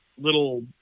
little